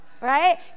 right